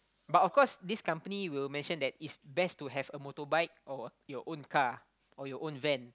but of course this company will mention that it's best to have a motorbike or your own car or your own van